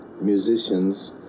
musicians